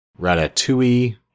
Ratatouille